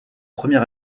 premier